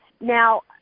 Now